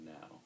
now